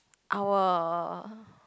I will